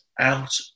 out